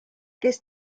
kes